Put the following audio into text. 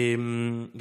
תודה רבה.